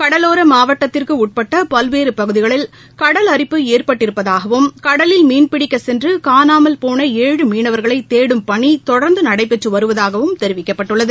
கடலோரமாவட்டத்திற்குஉட்பட்டபல்வேறுபகுதிகளில் கடல் அரிப்பு ஏற்பட்டிருப்பதாகவும் கடலில் மீன்பிடிக்கச் சென்றுகாணாமல்போன ஏழு மீனவர்களைதேடும் பணிதொடர்ந்துநடைபெற்றுவருவதாகவும் தெரிவிக்கப்பட்டுள்ளது